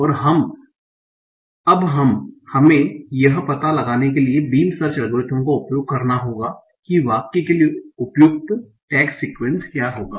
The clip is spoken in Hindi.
और अब हमें यह पता लगाने के लिए बीम सर्च एल्गोरिदम का उपयोग करना होगा कि वाक्य के लिए उपयुक्त टैग सीक्वेंस क्या होगा